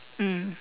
mm